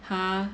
!huh!